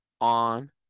on